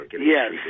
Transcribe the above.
Yes